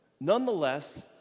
Nonetheless